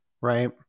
right